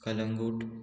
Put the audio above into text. Calangute